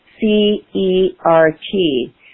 C-E-R-T